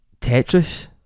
Tetris